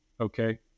okay